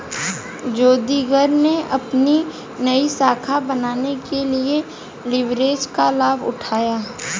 जोगिंदर ने अपनी नई शाखा बनाने के लिए लिवरेज का लाभ उठाया